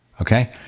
okay